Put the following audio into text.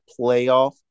playoff